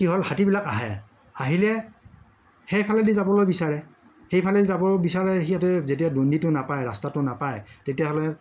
কি হ'ল হাতীবিলাক আহে আহিলে সেইফালেদি যাবলৈ বিচাৰে সেইফালে যাব বিচাৰে সিহঁতে যেতিয়া দণ্ডিটো নাপায় ৰাস্তাটো নাপায় তেতিয়াহ'লে